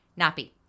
Nappy